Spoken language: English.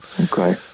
Okay